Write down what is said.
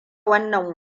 wannan